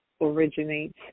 originates